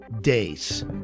days